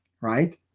right